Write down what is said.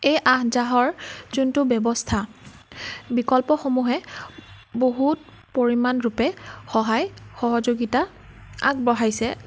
এই আহ যাহৰ যোনটো ব্যৱস্থা বিকল্পসমূহে বহুত পৰিমাণৰূপে সহায় সহযোগিতা আগবঢ়াইছে